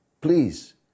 please